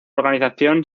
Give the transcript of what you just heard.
organización